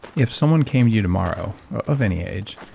if someone came to you tomorrow, of any age,